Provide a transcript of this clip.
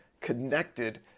connected